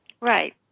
Right